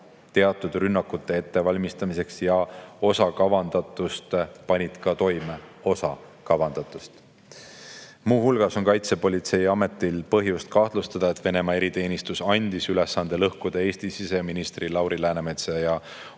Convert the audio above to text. teatud rünnakute ettevalmistamiseks ja osa kavandatust panid ka toime. Muu hulgas on Kaitsepolitseiametil põhjust kahtlustada, et Venemaa eriteenistus andis ülesande lõhkuda Eesti siseministri Lauri Läänemetsa ja